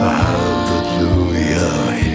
Hallelujah